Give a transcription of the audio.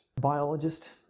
biologist